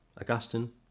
Augustine